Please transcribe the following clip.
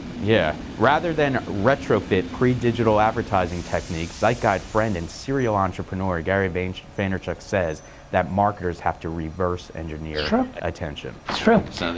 yeah rather than retrofit predigital advertising techniques zeitguide friend and serial entrepreneur gary vaynerchuk vaynerchuk says that marketers have to reverse engineer attention. it's true.